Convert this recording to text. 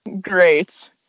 great